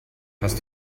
hast